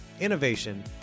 innovation